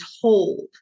told